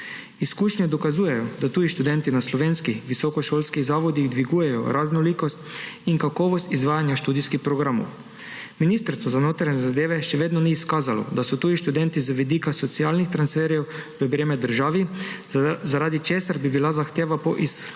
Izkušnje dokazujejo, da tudi študentje na slovenski visokošolski zavodi dvigujejo raznolikost in kakovost izvajanja študijskih programov. Ministrstvo za notranje zadeve še vedno ni izkazalo, da so tuji študentje z vidika socialnih transferjev / nerazumljivo/ državi, zaradi česar bi bila zahteva po izkazu